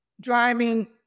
driving